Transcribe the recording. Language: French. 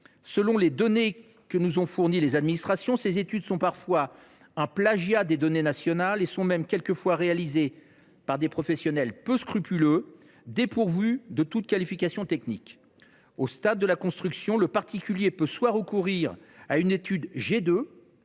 selon les données que nous ont fournies les administrations, elles ne sont parfois qu’un plagiat des données nationales. Dans certains cas, elles sont même réalisées par des professionnels peu scrupuleux, dépourvus de toute qualification technique. Oh là… Au stade de la construction, le particulier peut soit recourir à une étude G2,